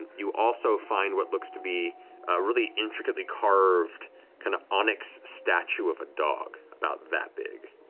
and you also find what looks to be a really intricately carved kind of onyx statue of a dog, about that big.